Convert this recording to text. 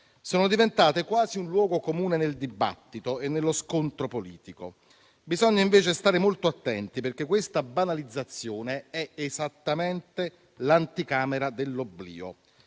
sono diventate quasi un luogo comune nel dibattito e nello scontro politico. Bisogna invece stare molto attenti, perché questa banalizzazione è esattamente l'anticamera dell'oblio.